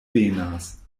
venas